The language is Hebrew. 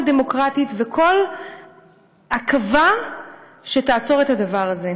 דמוקרטית וכל עכבה שתעצור את הדבר הזה.